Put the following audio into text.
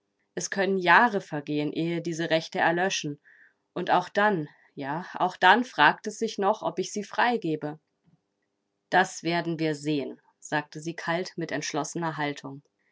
es können jahre vergehen ehe diese rechte erlöschen und auch dann ja auch dann fragt es sich noch ob ich sie freigebe das werden wir sehen sagte sie kalt mit entschlossener haltung